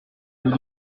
vous